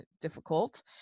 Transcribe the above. difficult